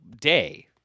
day